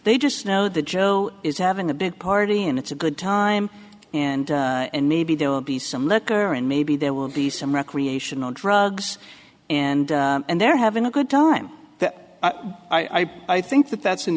they just know that joe is having a big party and it's a good time and and maybe there will be some liquor and maybe there will be some recreational drugs and they're having a good time that i i think that that's an